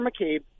McCabe